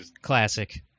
Classic